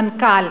מנכ"ל,